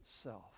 self